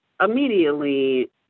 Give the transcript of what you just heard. immediately